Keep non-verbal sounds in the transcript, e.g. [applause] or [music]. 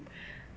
[breath]